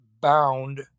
bound